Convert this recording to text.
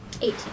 Eight